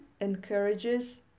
encourages